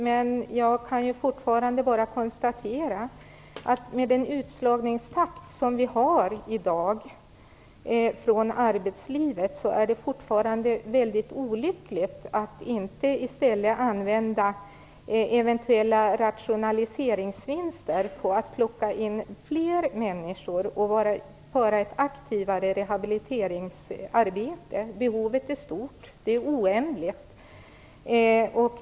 Men jag kan fortfarande bara konstatera att med den takt på utslagningen från arbetslivet som vi har i dag är det väldigt olyckligt att inte eventuella rationaliseringsvinster används till att plocka in fler människor och till att föra ett aktivare rehabiliteringsarbete. Behovet är stort. Det är oändligt.